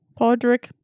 Podrick